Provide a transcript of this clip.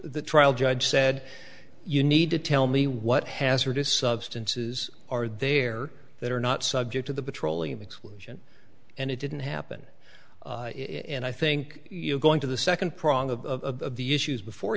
the trial judge said you need to tell me what hazardous substances are there that are not subject to the petroleum exclusion and it didn't happen in i think you're going to the second prong of the issues before